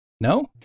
No